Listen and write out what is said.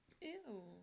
Ew